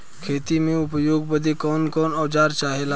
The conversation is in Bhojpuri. खेती में उपयोग बदे कौन कौन औजार चाहेला?